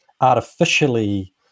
artificially